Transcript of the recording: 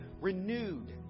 renewed